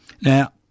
Now